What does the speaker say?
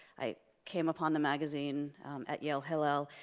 i came upon the magazine at yale hillel.